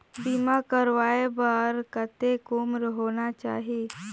बीमा करवाय बार कतेक उम्र होना चाही?